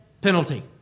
penalty